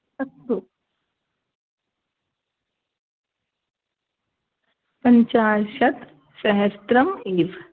अस्तु पञ्चाशत्सहस्रम् एव